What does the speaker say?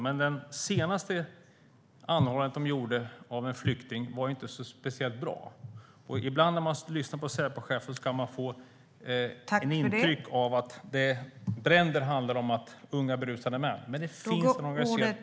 Men det senaste anhållandet de gjorde av en flykting var inte speciellt bra, och ibland när man lyssnar på Säpochefen kan man få ett intryck av att bränder handlar om unga berusade män, när det finns en organiserad extremism även där.